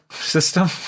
system